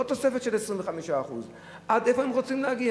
זה תוספת של 25%. עד איפה הם רוצים להגיע?